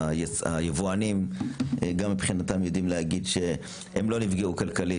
היבואנים יודעים להגיד גם מבחינתם שהם לא נפגעו כלכלית,